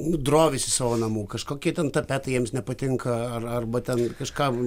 drovisi savo namų kažkokie ten tapetai jiems nepatinka ar arba ten kažkam